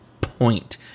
point